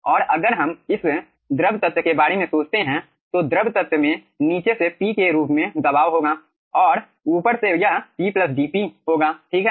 और अगर हम इस द्रव तत्व के बारे में सोचते हैं तो द्रव तत्व में नीचे से P के रूप में दबाव होगा और ऊपर से यह P dP होगा ठीक है